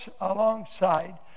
alongside